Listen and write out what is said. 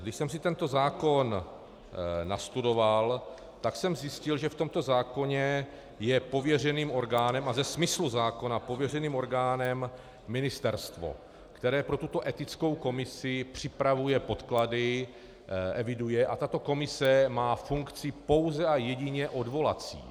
Když jsem si tento zákon nastudoval, tak jsem zjistil, že v tomto zákoně je pověřeným orgánem, a ze smyslu zákona pověřeným orgánem, ministerstvo, které pro tuto etickou komisi připravuje podklady, eviduje, a tato komise má funkci pouze a jedině odvolací.